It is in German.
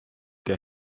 der